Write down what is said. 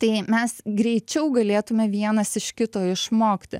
tai mes greičiau galėtume vienas iš kito išmokti